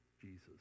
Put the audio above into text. Jesus